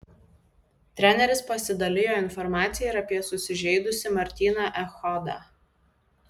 treneris pasidalijo informacija ir apie susižeidusį martyną echodą